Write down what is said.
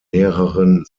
mehreren